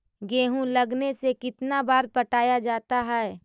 गेहूं लगने से कितना बार पटाया जाता है?